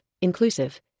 inclusive